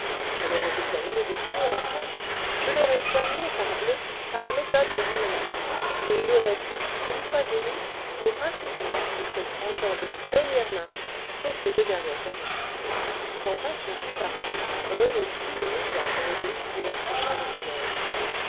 je l'aurais examiné de pied en cap je l'aurais soigné parbleu par la méthode de hahnemann et il aurait pu une fois guéri nous raconter la guerre de trente ans de première main sauf les deux dernièresannées quand patou fut parti rené prit le mouchoir brodé et l'approcha de ses lèvres